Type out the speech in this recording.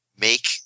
make